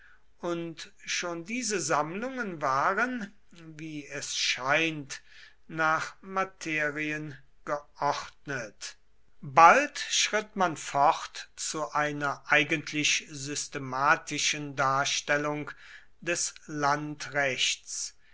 und schon diese sammlungen waren wie es scheint nach materien geordnet bald schritt man fort zu einer eigentlich systematischen darstellung des